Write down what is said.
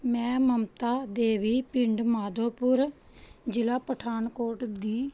ਮੈਂ ਮਮਤਾ ਦੇਵੀ ਪਿੰਡ ਮਾਧੋਪੁਰ ਜ਼ਿਲ੍ਹਾ ਪਠਾਨਕੋਟ ਦੀ